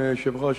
אדוני היושב-ראש,